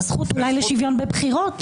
זה הזכות אולי לשוויון בבחירות.